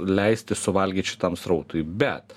leisti suvalgyt šitam srautui bet